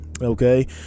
okay